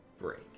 break